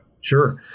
sure